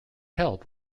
help